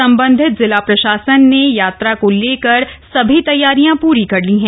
संबधित सभी जिला प्रशासन ने यात्रा को लेकर सभी तैयारियां पूरी कर ली है